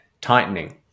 tightening